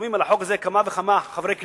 חתומים על החוק הזה כמה וכמה חברי כנסת,